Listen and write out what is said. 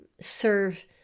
serve